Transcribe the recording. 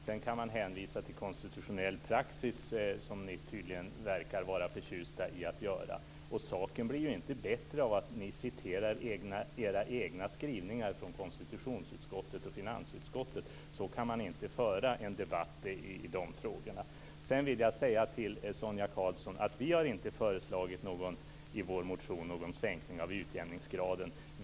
Sedan kan man hänvisa till konstitutionell praxis, som ni tydligen verkar vara förtjusta i att göra. Saken blir inte bättre av att ni citerar era egna skrivningar från konstitutionsutskottet och finansutskottet. Så kan man inte föra en debatt i de frågorna. Sedan vill jag säga till Sonia Karlsson att vi i vår motion inte har föreslagit någon sänkning av utjämningsgraden.